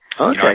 Okay